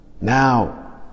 Now